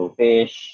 fish